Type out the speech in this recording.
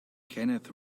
kenneth